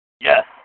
Yes